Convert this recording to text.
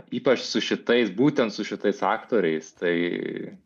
ypač su šitais būtent su šitais aktoriais tai